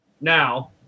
Now